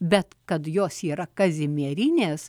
bet kad jos yra kazimierinės